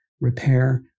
repair